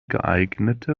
geeignete